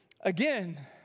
again